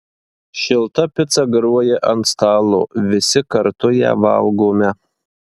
šilta pica garuoja ant stalo visi kartu ją valgome